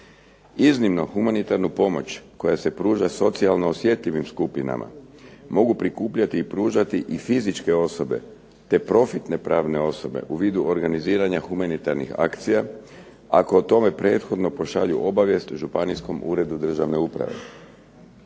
Iznimno humanitarnu pomoć koja se pruža socijalno osjetljivim skupinama mogu prikupljati i pružati i fizičke osobe, te profitne pravne osobe u vidu organiziranja humanitarnih akcija ako o tome prethodno pošalju obavijest županijskom uredu državne uprave.